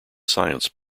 science